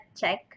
check